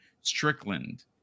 strickland